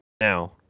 Now